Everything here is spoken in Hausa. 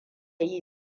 yi